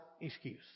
excuse